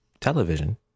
television